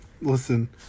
Listen